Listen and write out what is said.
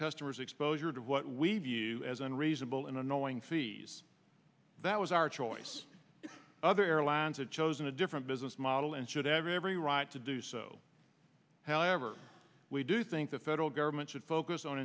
customer's exposure to what we view as unreasonable and annoying fees that was our choice and other airlines have chosen a different business model and should have every right to do so however we do think the federal government should focus on